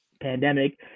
pandemic